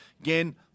Again